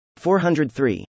403